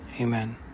amen